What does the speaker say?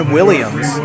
Williams